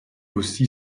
aussi